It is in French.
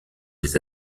des